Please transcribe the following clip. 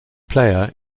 player